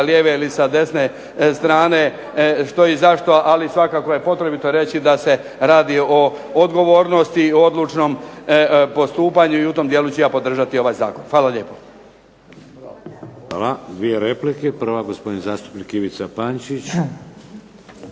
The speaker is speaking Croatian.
lijeve ili sa desne strane što i zašto ali svakako je potrebito reći da se radi o odgovornosti i o odlučnom postupanju i tom dijelu ću ja podržati ovaj Zakon. Hvala lijepo. **Šeks, Vladimir (HDZ)** Hvala. Dvije replike. Prva gospodin zastupnik Ivica Pančić.